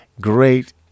Great